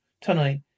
Tonight